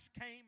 came